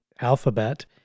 alphabet